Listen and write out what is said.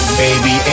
baby